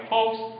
Folks